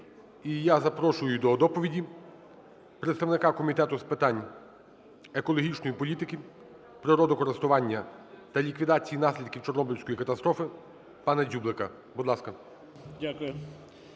І я запрошую до доповіді представника Комітету з питань екологічної політики, природокористування та ліквідації наслідків Чорнобильської катастрофи пана Дзюблика, будь ласка.